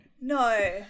No